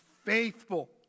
faithful